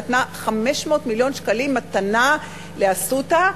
נתנה 500 מיליון שקלים מתנה ל"אסותא".